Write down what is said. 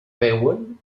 veuen